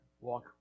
walk